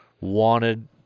wanted